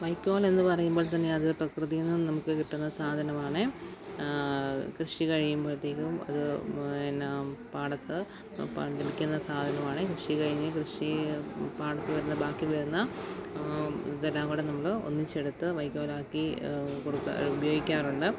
വൈക്കോലെന്ന് പറയുമ്പോൾ തന്നെ അത് പ്രകൃതിയിൽനിന്നും നമുക്ക് കിട്ടുന്ന സാധനമാണേ കൃഷി കഴിയുമ്പഴ്ത്തേക്കും അത് എന്നാ പാടത്ത് പന്തലിക്കുന്ന സാധനമാണ് കൃഷി കഴിഞ്ഞ് കൃഷി പാടത്ത് വരുന്ന ബാക്കി വരുന്ന ഇതെല്ലാം കൂടെ നമ്മള് ഒന്നിച്ചെടുത്ത് വൈക്കോലാക്കി ഉപയോഗിക്കാറുണ്ട്